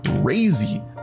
crazy